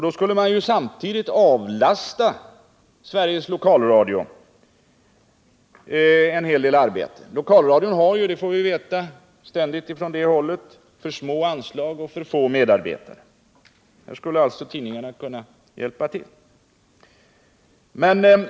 Då skulle man samtidigt avlasta Sveriges lokalradio en hel del arbete. Lokalradion har — det får vi ständigt veta från det hållet — för små anslag och för få medarbetare. Här skulle alltså tidningarna kunna hjälpa till.